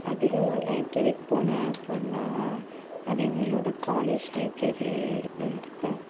அதிகமாக லைப்ரரிக்கு போனேன் அப்புடினா அது எங்களோடய காலேஜ் லைப்ரரி இரு ஒன்று இருக்கும்